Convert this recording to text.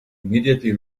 immediately